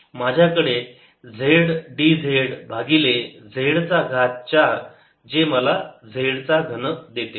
माझ्याकडे आहे z d z भागिले z चा घात 4 जे मला z चा घन देते